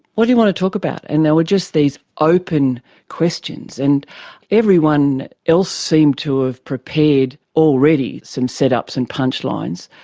what you want to talk about? and they were just these open questions. and everyone else seemed to have prepared already some setups and punchlines.